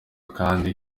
kandi